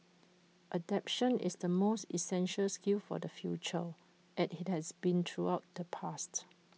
adaptation is the most essential skill for the future as IT has been throughout the past